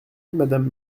madame